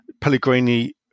Pellegrini